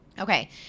Okay